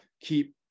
keep